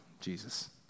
Jesus